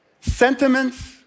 sentiments